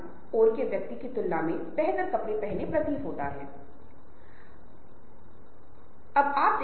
आपको उनके साथ दोस्ती मिलेगी लेकिन नई दोस्ती नए रिश्ते शायद उस क्षेत्र और संबंधित क्षेत्रों में होंगे